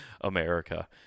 America